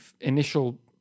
initial